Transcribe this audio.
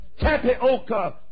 tapioca